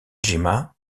jima